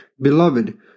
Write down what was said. Beloved